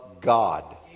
God